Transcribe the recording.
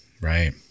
right